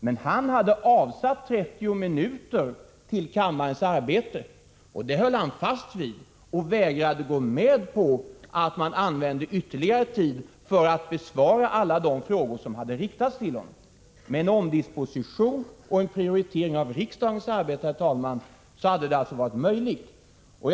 Han hade emellertid avsatt 30 minuter till kammarens arbete, och det höll han fast vid och vägrade gå med på att man använde ytterligare tid för att de frågor som hade riktats till honom skulle bli besvarade. Med en omdisposition och en prioritering av riksdagens arbete, herr talman, hade det alltså varit möjligt att svara på dem.